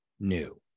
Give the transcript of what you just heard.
new